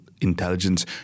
intelligence